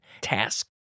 task